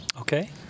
Okay